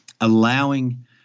allowing